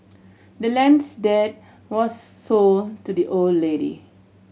the land's deed was sold to the old lady